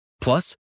Plus